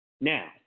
Now